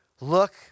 Look